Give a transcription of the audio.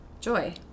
Joy